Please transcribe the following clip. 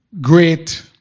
great